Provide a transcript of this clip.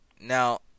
Now